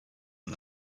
and